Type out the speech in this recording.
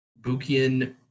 Bukian